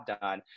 done